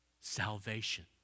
Salvation